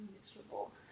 miserable